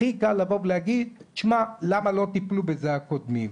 לבוא ולהגיד שמע, למה לא טיפלו בזה הקודמים.